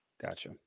Gotcha